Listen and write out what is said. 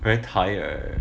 very tired eh